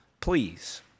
please